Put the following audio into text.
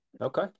Okay